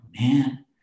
man